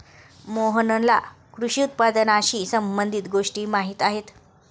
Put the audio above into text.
मोहनला कृषी उत्पादनाशी संबंधित गोष्टी माहीत आहेत